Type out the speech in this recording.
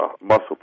muscle